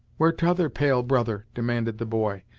where t'other pale brother? demanded the boy,